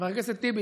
חבר הכנסת טיבי,